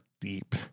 deep